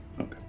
Okay